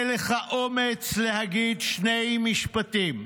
אין לך אומץ להגיד שני משפטים,